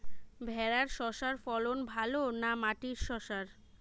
ভেরার শশার ফলন ভালো না মাটির শশার?